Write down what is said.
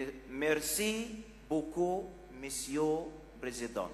Merci beaucoup, Monsieur le Président.